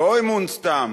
לא אמון סתם,